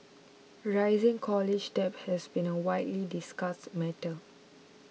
rising college debt has been a widely discussed matter